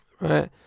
right